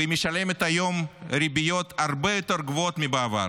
והיא משלמת היום ריביות הרבה יותר גבוהות מבעבר.